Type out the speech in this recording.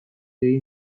egin